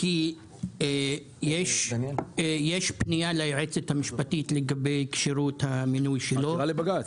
כי יש פנייה ליועצת המשפטית לגבי כשירות המינוי שלו -- יש עתירה לבג"ץ.